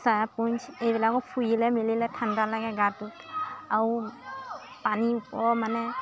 চেৰাপুঞ্জী এইবিলাকো ফুৰিলে মিলিলে ঠাণ্ডা লাগে গাটোত আৰু পানী ওপৰ মানে